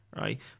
right